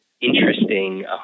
interesting